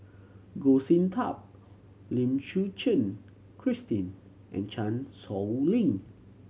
Goh Sin Tub Lim Suchen Christine and Chan Sow Lin